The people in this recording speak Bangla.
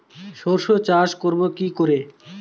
সর্ষে চাষ করব কি করে?